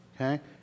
okay